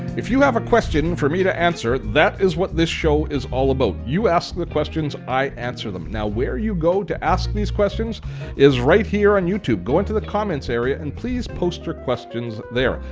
if you have a question for me to answer, that is what this show is all about. you ask the questions. i answer them. now where you go to ask these questions is right here on youtube. go into the comments area and please post your questions there.